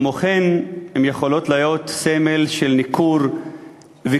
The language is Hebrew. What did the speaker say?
כמו כן, הן יכולות להיות סמל של ניכור וקיטוב.